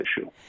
issue